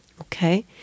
Okay